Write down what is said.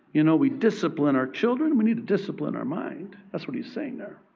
you know, we discipline our children. we need to discipline our mind. that's what he's saying there.